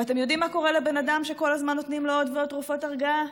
ואתם יודעים מה קורה לבן אדם שכל הזמן נותנים לו עוד ועוד תרופות הרגעה?